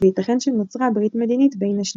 וייתכן שנוצרה ברית מדינית בין השניים.